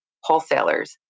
wholesalers